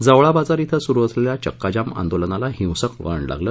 जवळाबाजार इथं सुरु असलेल्या चक्काजाम आंदोलनाला हिंसक वळण लागलं